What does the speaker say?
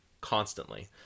constantly